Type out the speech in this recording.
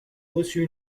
reçut